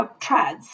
trads